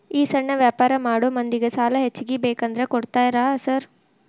ಈ ಸಣ್ಣ ವ್ಯಾಪಾರ ಮಾಡೋ ಮಂದಿಗೆ ಸಾಲ ಹೆಚ್ಚಿಗಿ ಬೇಕಂದ್ರ ಕೊಡ್ತೇರಾ ಸಾರ್?